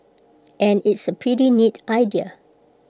and it's A pretty neat idea